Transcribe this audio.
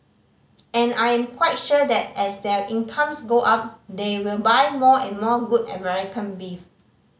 and I am quite sure that as their incomes go up they will buy more and more good American beef